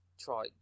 try